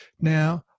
Now